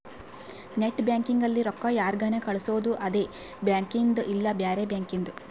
net banking ಅಲ್ಲಿ ರೊಕ್ಕ ಯಾರ್ಗನ ಕಳ್ಸೊದು ಅದೆ ಬ್ಯಾಂಕಿಂದ್ ಇಲ್ಲ ಬ್ಯಾರೆ ಬ್ಯಾಂಕಿಂದ್